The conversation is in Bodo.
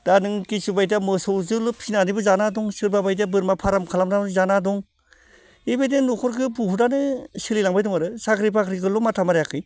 दा नों किसुबायदिया मोसौजोंल' फिनानैबो जाना दं सोरबा बायदिया बोरमा फार्म खालामना जाना दं इबायदि न'खरखो बुहुदआनो सोलिलांबाय दं आरो साख्रि बाख्रिखौल' माथा मारियाखै